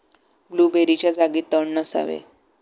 ब्लूबेरीच्या जागी तण नसावे